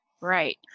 Right